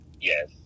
Yes